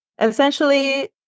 essentially